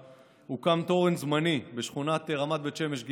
הוקם תורן זמני בשכונת רמת בית שמש ג'.